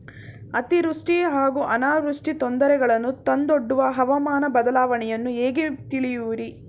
ಅತಿವೃಷ್ಟಿ ಹಾಗೂ ಅನಾವೃಷ್ಟಿ ತೊಂದರೆಗಳನ್ನು ತಂದೊಡ್ಡುವ ಹವಾಮಾನ ಬದಲಾವಣೆಯನ್ನು ಹೇಗೆ ತಿಳಿಯುವಿರಿ?